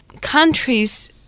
countries